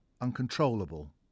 Uncontrollable